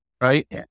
right